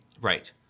Right